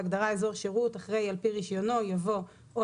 בהגדרה "אזור שירות" אחרי "על פי רישיונו" יבוא "או